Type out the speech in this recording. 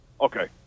Okay